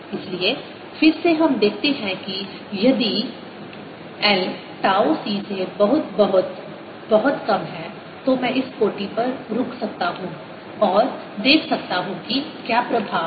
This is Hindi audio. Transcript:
इसलिए फिर से हम देखते हैं कि यदि l टाउ C से बहुत बहुत बहुत कम है तो मैं इस कोटि पर रुक सकता हूं और देख सकता हूं कि क्या प्रभाव है